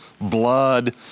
blood